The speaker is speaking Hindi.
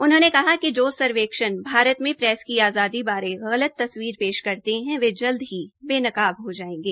उन्होंने कहा कि जो सर्वेक्षण भारत में प्रेस की आज़ादी बारे गलत तस्वीर पेश करते है वह जल्द ही बेनकाब हो जायेंगे